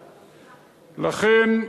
לכן,